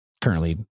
currently